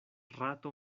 rato